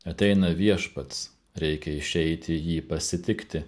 ateina viešpats reikia išeiti jį pasitikti